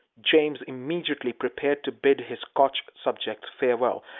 james immediately prepared to bid his scotch subjects farewell,